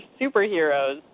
superheroes